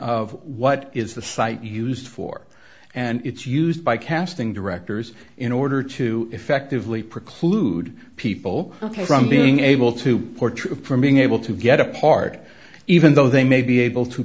of what is the site used for and it's used by casting directors in order to effectively preclude people ok from being able to portray from being able to get a part even though they may be able to